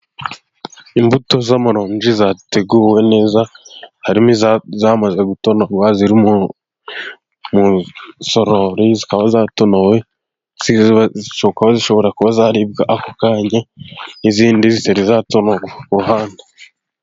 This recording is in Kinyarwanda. Imbuto z'amaronji zateguwe neza, harimo izamaze gutonorwa ziri mu isorori, zikaba zatonowe zishobora kuba zaribwa ako kanya n'izindi zitari zatonorwa ku ruhande.